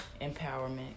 empowerment